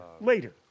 later